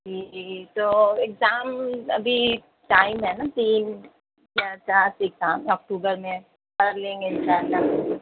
جی جی تو اگزام ابھی ٹائم ہے نا تین یا سات اگزام ہے اکتوبر میں کرلیں گے اِنشاء اللہ